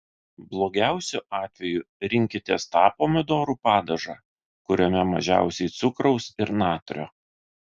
blogiausiu atveju rinkitės tą pomidorų padažą kuriame mažiausiai cukraus ir natrio